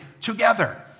together